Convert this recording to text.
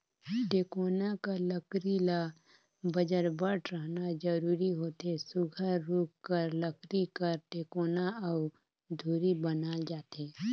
टेकोना कर लकरी ल बजरबट रहना जरूरी होथे सुग्घर रूख कर लकरी कर टेकोना अउ धूरी बनाल जाथे